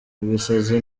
ibisazi